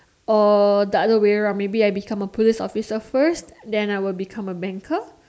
or the other way round maybe I become a police officer first then I become a banker